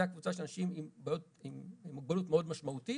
הקבוצה של אנשים עם מוגבלות מאוד משמעותית